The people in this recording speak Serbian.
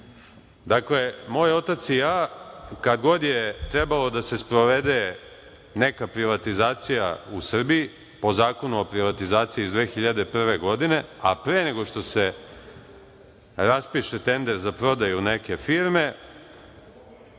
evra. Dakle, moj otac i ja kad god je trebalo da se sprovede neka privatizacija u Srbiji, po Zakonu o privatizaciji iz 2001. godine, a pre nego što se raspiše tender za prodaju neke firme,